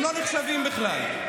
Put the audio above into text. הם לא נחשבים בכלל.